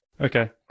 Okay